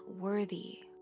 worthy